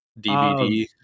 DVD